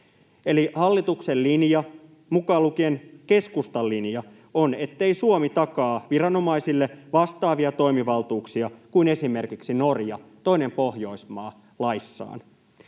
hallituksen linja, mukaan lukien keskustan linja, on, ettei Suomi takaa viranomaisille vastaavia toimivaltuuksia kuin esimerkiksi Norja, toinen Pohjoismaa, laissaan.